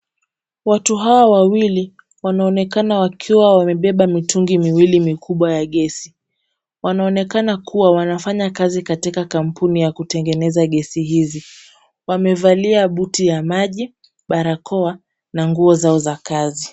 Watu hawa wawili wanaonekana wakiwa wamebeba mitungi miwili mikubwa ya gesi. Wanaonekana kuwa wanafanya kazi katika kampuni ya kutengeneza gesi hizi. Wamevalia buti ya maji, barakoa na nguo zao za kazi.